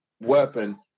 weapon